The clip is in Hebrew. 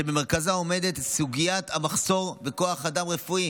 שבמרכזה עומדת סוגיית המחסור בכוח אדם רפואי